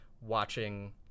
watching